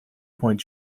point